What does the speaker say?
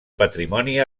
patrimoni